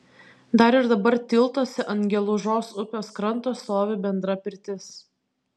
dar ir dabar tiltuose ant gelužos upės kranto stovi bendra pirtis